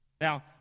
Now